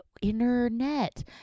internet